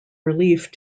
relief